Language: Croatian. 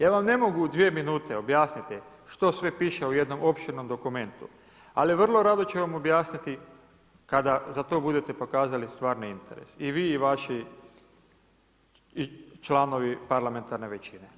Ja vam ne mogu u dvije minute objasniti što sve piše o jednom opširnom dokumentu, ali vrlo rado ću vam objasniti kada za to budete pokazali stvarni interes i vi i vaši članovi parlamentarne većine.